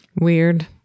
Weird